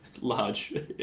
large